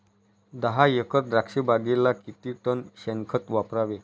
दहा एकर द्राक्षबागेला किती टन शेणखत वापरावे?